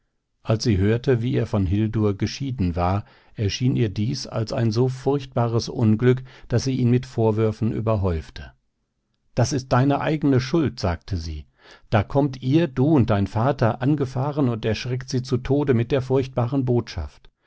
als sie hörte wie er von hildur geschieden war erschien ihr dies als ein so furchtbares unglück daß sie ihn mit vorwürfen überhäufte das ist deine eigne schuld sagte sie da kommt ihr du und dein vater angefahren und erschreckt sie zu tode mit der furchtbaren botschaft